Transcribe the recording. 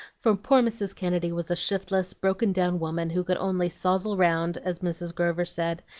for poor mrs. kennedy was a shiftless, broken-down woman, who could only sozzle round as mrs. grover said,